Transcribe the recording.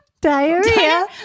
Diarrhea